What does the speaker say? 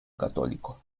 católico